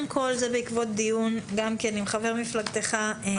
זה בעקבות דיון עם חבר מפלגתך מיכאל ביטון.